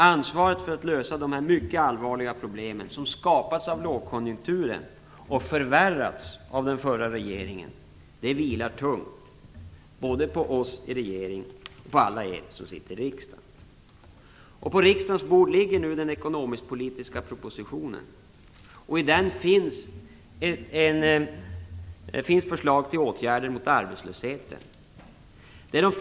Ansvaret för att lösa dessa mycket allvarliga problemen som skapats av lågkonjunkturen och förvärrats av den förra regeringen vilar tungt både på oss i regeringen och på alla er som sitter i riksdagen. På riksdagens bord ligger nu den ekonomiskpolitiska propositionen. I den finns förslag till åtgärder mot arbetslösheten.